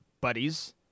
buddies